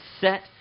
set